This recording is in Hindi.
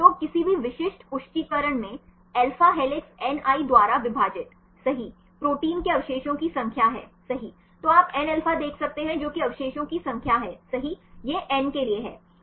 तो किसी भी विशिष्ट पुष्टिकरण मै अल्फा हेलिक्स ni द्वारा विभाजित सही प्रोटीन के अवशेषों की संख्या है सही तो आप Nα देख सकते हैं जो कि अवशेषों की संख्या है सही यह N के लिए है